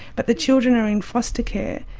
but the children are in foster care,